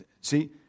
See